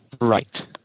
Right